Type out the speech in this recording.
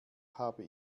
habe